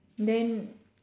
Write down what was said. then